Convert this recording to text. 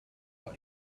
what